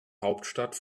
hauptstadt